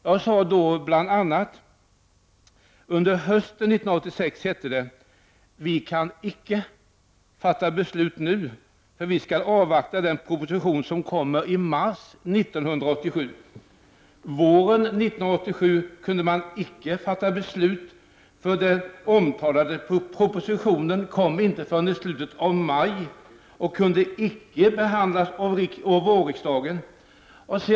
Jag sade då bl.a.: ”Under hösten 1986 hette det: Vi kan icke fatta beslut nu, för vi skall avvakta den proposition som kommer i mars 1987. Våren 1987 kunde man icke fatta beslut, för den omtalade propositionen kom inte förrän i slutet av maj och kunde icke behandlas av vårriksdagen.